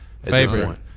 Favorite